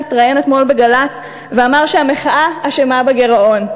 התראיין אתמול בגל"צ ואמר שהמחאה אשמה בגירעון.